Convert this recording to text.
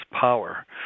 Power